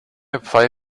apply